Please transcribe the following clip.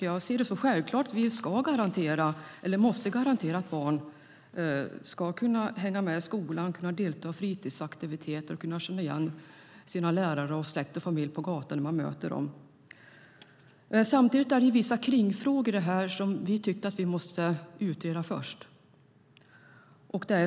Jag ser det som självklart att vi måste garantera att barn ska kunna hänga med i skolan, kunna delta i fritidsaktiviteter och kunna känna igen sina lärare, släkt och familj när de möter dem på gatan. Samtidigt finns det vissa kringfrågor här som vi tycker måste utredas först.